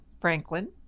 Franklin